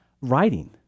writing